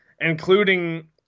including